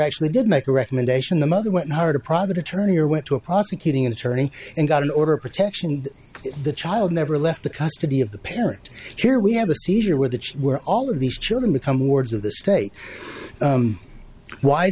actually did make a recommendation the mother went hard a private attorney or went to a prosecuting attorney and got an order of protection the child never left the custody of the parent here we have a seizure where the were all of these children become wards of the state